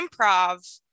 improv